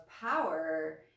power